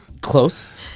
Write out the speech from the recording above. Close